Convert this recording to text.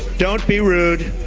don't be rude.